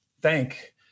thank